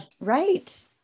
Right